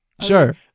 Sure